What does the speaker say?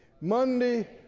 Monday